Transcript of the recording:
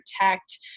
protect